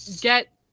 get